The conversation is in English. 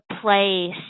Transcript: place